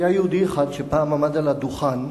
היה יהודי אחד שפעם עמד על הדוכן,